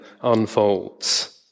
unfolds